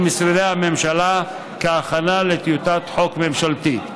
משרדי הממשלה כהכנה לטיוטת חוק ממשלתית.